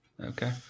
Okay